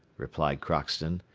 replied crockston,